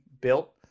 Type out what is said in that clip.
built